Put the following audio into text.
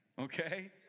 Okay